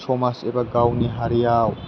समाज एबा गावनि हारियाव